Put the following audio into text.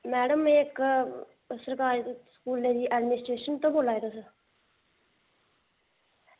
madam में इक्क सरकारी स्कूलै दी एडमिनीस्ट्रेशन चा बोल्ला दे तुस